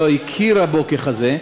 לא הכירה בו ככזה,